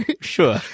Sure